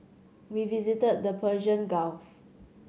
we visited the Persian Gulf